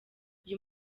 uyu